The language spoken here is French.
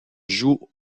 joue